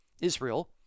Israel